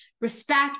respect